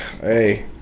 Hey